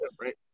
right